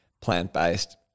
plant-based